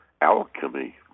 alchemy